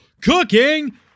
Cooking